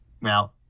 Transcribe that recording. Now